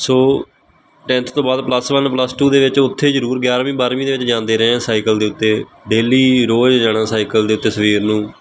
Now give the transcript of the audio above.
ਸੋ tenth ਤੋਂ ਬਾਅਦ plus one plus two ਦੇ ਵਿੱਚ ਉੱਥੇ ਜ਼ਰੂਰ ਗਿਆਰਵੀਂ ਬਾਰ੍ਹਵੀਂ ਦੇ ਵਿੱਚ ਜਾਂਦੇ ਰਹੇ ਹਾਂ ਸਾਈਕਲ ਦੇ ਉੱਤੇ ਡੇਲੀ ਰੋਜ਼ ਜਾਣਾ ਸਾਈਕਲ ਦੇ ਉੱਤੇ ਸਵੇਰ ਨੂੰ